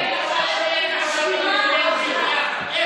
אני מוחה על אמירת השם שלי יחד איתו.